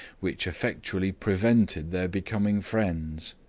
which effectually prevented their becoming friends.